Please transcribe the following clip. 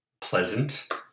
pleasant